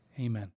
Amen